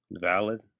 Valid